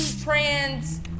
trans